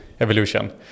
Evolution